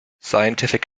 scientific